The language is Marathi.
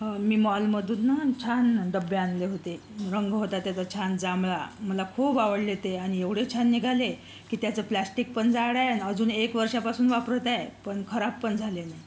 मी मॉलमधून ना छान डब्बे आणले होते रंग होता त्याचा छान जांभळा मला खूप आवडले ते आणि एवढे छान निघाले की त्याचं प्लास्टिक पण जाड आहे अन अजून एक वर्षांपासून वापरत आहे पण खराब पण झाले नाही